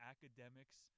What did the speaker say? Academics